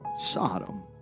Sodom